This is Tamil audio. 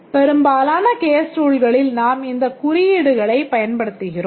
பெரும்பாலான case toolகளில் நாம் இந்தக் குறியீடுகளை பயன்படுத்துகின்றோம்